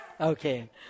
Okay